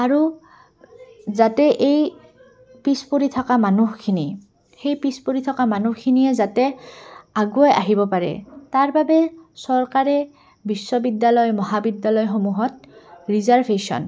আৰু যাতে এই পিছ পৰি থকা মানুহখিনি সেই পিছ পৰি থকা মানুহখিনিয়ে যাতে আগুৱাই আহিব পাৰে তাৰ বাবে চৰকাৰে বিশ্ববিদ্যালয় মহাবিদ্যালয়সমূহত ৰিজাৰ্ভেশ্যন